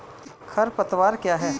खरपतवार क्या है?